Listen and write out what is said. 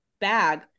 bag